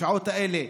בשעות האלה,